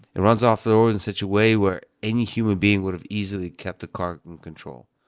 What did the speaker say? it runs off the road in such a way where any human being would have easily kept the car in control.